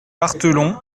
barthelon